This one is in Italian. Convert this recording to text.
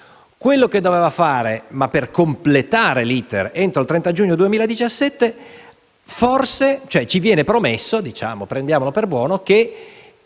a ciò che doveva fare per completare l'*iter* entro il 30 giugno 2017, ci viene promesso - prendiamolo per buono - che